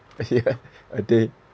first year a day